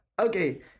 Okay